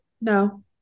No